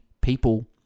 people